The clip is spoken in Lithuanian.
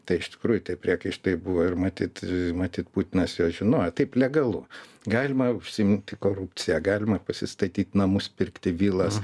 tai iš tikrųjų tie priekaištai buvo ir matyt matyt putinas juos žinojo taip legalu galima užsiimti korupcija galima pasistatyt namus pirkti vilas